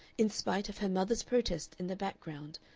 in spite of her mother's protest in the background,